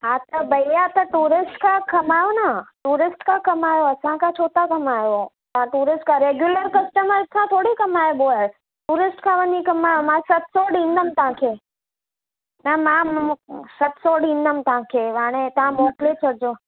हा त भैया तव्हां टूरिस्ट खां कमायो न टूरिस्ट खां कमायो असांखां छो था कमायो तव्हां टूरिस्ट खां रेगुलर कस्टमर खां थोरी कमाइबो आहे टूरिस्ट खां वञी कमायो मां सत सौ ॾींदमि तव्हांखे न मां मूं सत सौ ॾींदमि तव्हांखे हाणे तव्हां मोकिले छॾिजो